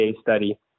study